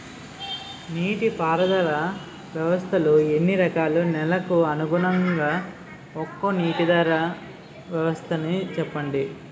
నీటి పారుదల వ్యవస్థలు ఎన్ని రకాలు? నెలకు అనుగుణంగా ఒక్కో నీటిపారుదల వ్వస్థ నీ చెప్పండి?